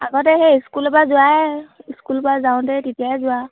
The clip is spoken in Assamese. আগতে সেই স্কুলৰ পৰা যোৱাই স্কুলৰ পৰা যাওঁতে তেতিয়াই যোৱা